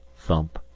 thump!